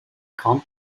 grand